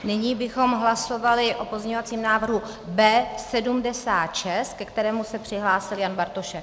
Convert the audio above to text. Nyní bychom hlasovali o pozměňovacím návrhu B76, ke kterému se přihlásil Jan Bartošek.